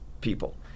people